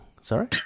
Sorry